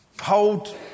hold